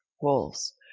wolves